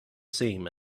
same